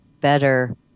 better